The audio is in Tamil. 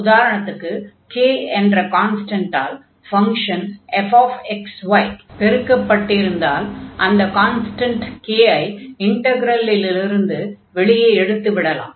உதாரணத்திற்கு k என்ற கான்ஸ்டன்டால் ஃபங்ஷன் fxy பெருக்கப்பட்டிருந்தால் அந்த கான்ஸ்டன்ட் k ஐ இன்டக்ரலிலிருந்து வெளியே எடுத்து விடலாம்